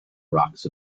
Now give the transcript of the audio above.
rocks